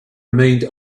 remained